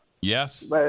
Yes